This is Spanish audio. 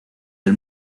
del